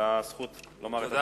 על הזכות לומר את הדברים.